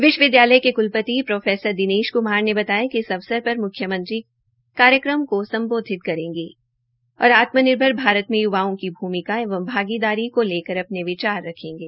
विश्वविदयालय के क्लपति प्रो दिनेश कृमार ने बताया कि इस अवसर पर म्ख्यमंत्री कार्यक्रम को सम्बोधित करेंगे और आत्मनिर्भर भारत में य्वाओं की भूमिका एवं भागीदारी को लेकर अपने विचार रखेंगे